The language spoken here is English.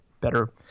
better